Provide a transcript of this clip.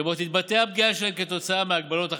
שבו תתבטא הפגיעה שלהם כתוצאה מהגבלות החדשות.